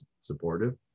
supportive